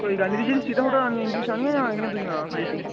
कोई गल्ल नीं सीटां सुटां इंग्लिश लानियां जां दूइयां लानियां देसी